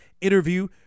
interview